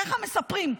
ככה מספרים,